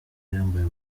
yambaye